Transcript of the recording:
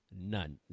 None